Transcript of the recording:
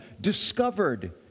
discovered